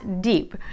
deep